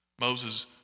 Moses